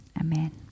Amen